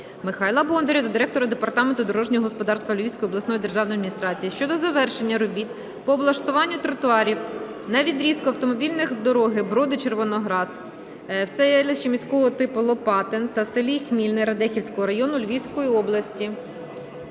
господарства Львівської обласної державної адміністрації щодо завершення робіт по облаштуванню тротуарів на відрізку автомобільної дороги Броди – Червоноград в смт Лопатин та селі Хмільне Радехівського району Львівської області.